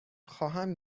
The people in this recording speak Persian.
خواهم